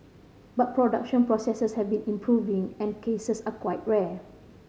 but production processes have been improving and cases are quite rare